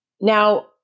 Now